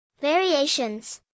Variations